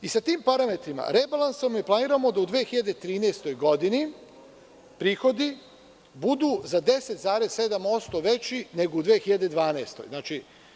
Sa tim parametrima, rebalansom je planirano da u 2013. godini, prihodi budu za 10,7% veći, nego u 2012. godini.